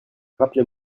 rappelez